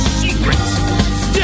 secrets